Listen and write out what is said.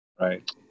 Right